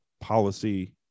policy